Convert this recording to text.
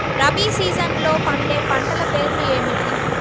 రబీ సీజన్లో పండే పంటల పేర్లు ఏమిటి?